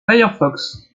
firefox